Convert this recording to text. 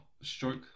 stroke